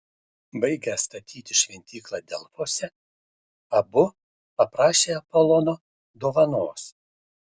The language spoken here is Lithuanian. baigę statyti šventyklą delfuose abu paprašė apolono dovanos